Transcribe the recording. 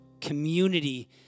community